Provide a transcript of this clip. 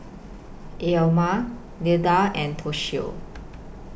Elam Leda and Toshio